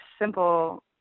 simple